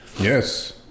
Yes